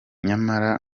nyamara